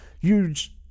Huge